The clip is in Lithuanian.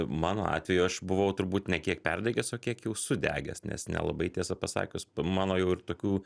mano atveju aš buvau turbūt ne kiek perdegęs o kiek jau sudegęs nes nelabai tiesą pasakius mano jau ir tokių